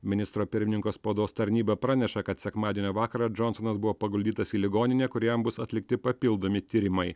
ministro pirmininko spaudos tarnyba praneša kad sekmadienio vakarą džonsonas buvo paguldytas į ligoninę kur jam bus atlikti papildomi tyrimai